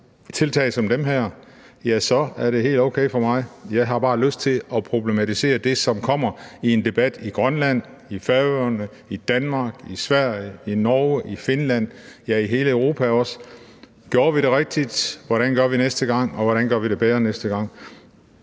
tiltag som dem her, er det helt okay for mig. Jeg har bare lyst til at problematisere det, som kommer i en debat i Grønland, i Færøerne, i Danmark, i Sverige, i Norge, i Finland og i hele Europa: Gjorde vi det rigtigt, hvordan gør vi det næste gang, og hvordan gør vi det bedre næste gang?